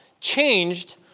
changed